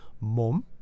mom